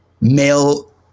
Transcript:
male